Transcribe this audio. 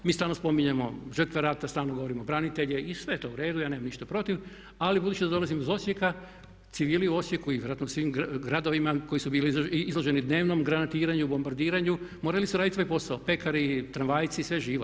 Mi stalno spominjemo žrtve rata, stalno … branitelje i sve je to u redu, ja nemam ništa protiv ali budući da dolazim iz Osijeka, civili u Osijeku i vjerojatno u svim gradovima koji su bili izloženi dnevnom granatiranju, bombardiranju morali su raditi svoj posao, pekari, tramvajci i sve živo.